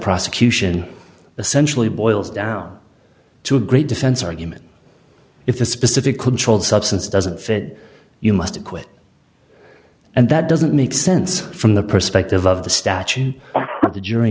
prosecution essentially boils down to a great defense argument if the specific controlled substance doesn't fit you must acquit and that doesn't make sense from the perspective of the statute the jury